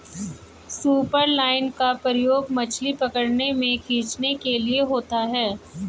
superline का प्रयोग मछली पकड़ने व खींचने के लिए होता है